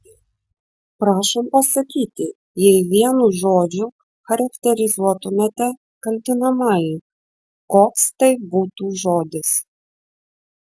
prašom pasakyti jei vienu žodžiu charakterizuotumėte kaltinamąjį koks tai būtų žodis